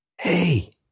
hey